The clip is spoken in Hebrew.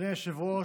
אדוני היושב-ראש,